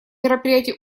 мероприятий